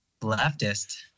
leftist